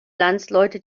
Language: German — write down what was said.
landsleute